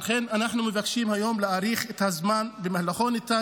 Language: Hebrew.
על כן אנחנו מבקשים היום להאריך את הזמן שבמהלכו ניתן